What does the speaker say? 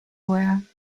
were